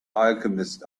alchemist